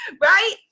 right